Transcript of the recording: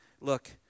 Look